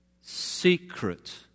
secret